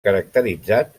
caracteritzat